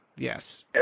Yes